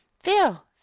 phil